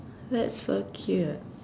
that's so cute